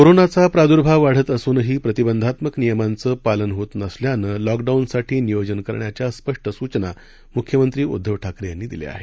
कोरोनाचा प्रादुर्भाव वाढत असूनही प्रतिबंधात्मक नियमांचं पालन होत नसल्यानं लॉकडाऊनसाठी नियोजन करण्याच्या सूचना मुख्यमंत्री उद्दव ठाकरे यांनी दिल्या आहेत